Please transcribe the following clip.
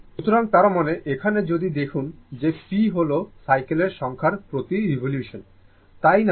সুতরাং তার মানে এখানে যদি দেখুন যে p হল সাইকেলের সংখ্যার প্রতি রিভলিউশন তাই না